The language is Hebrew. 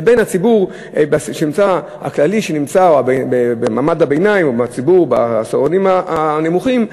לבין הציבור הכללי שנמצא במעמד הביניים או הציבור בעשירונים הנמוכים,